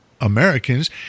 Americans